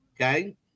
Okay